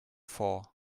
for